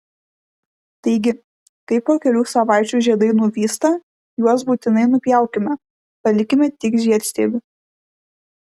taigi kai po kelių savaičių žiedai nuvysta juos būtinai nupjaukime palikime tik žiedstiebį